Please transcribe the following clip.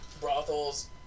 brothels